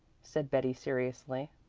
said betty seriously.